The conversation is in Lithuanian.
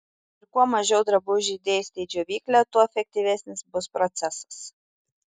ir kuo mažiau drabužių įdėsite į džiovyklę tuo efektyvesnis bus procesas